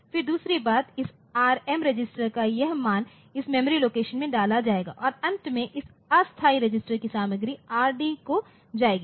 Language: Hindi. फिर दूसरी बात इस Rm रजिस्टर का यह मान इस मेमोरी लोकेशन में डाला जाएगा और अंत में इस अस्थायी रजिस्टर की सामग्री Rd को जाएगी